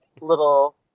little